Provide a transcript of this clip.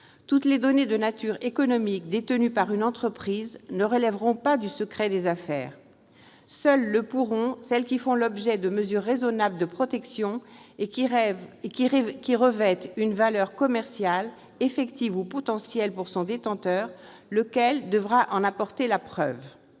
Toutes les données de nature économique détenues par une entreprise ne relèveront pas du secret des affaires. Seules le pourront celles qui font l'objet de mesures raisonnables de protection et qui revêtent une valeur commerciale effective ou potentielle pour son détenteur, lequel devra en apporter la preuve.